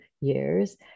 years